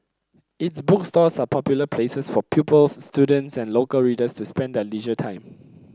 its bookstores are popular places for pupils students and local readers to spend their leisure time